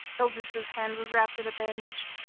il duca's hand was wrapped in a bandage,